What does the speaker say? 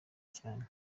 cyane